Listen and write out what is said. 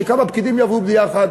שכמה פקידים יעבדו ביחד.